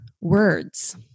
words